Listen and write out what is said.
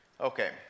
Okay